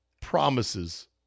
promises